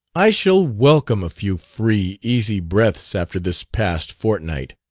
i shall welcome a few free, easy breaths after this past fortnight,